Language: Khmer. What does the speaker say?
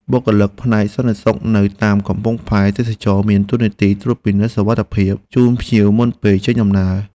បុគ្គលិកផ្នែកសន្តិសុខនៅតាមកំពង់ផែទេសចរណ៍មានតួនាទីត្រួតពិនិត្យសុវត្ថិភាពជូនភ្ញៀវមុនពេលចេញដំណើរ។